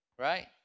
Right